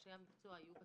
שאנשי המקצוע יהיו בשטח,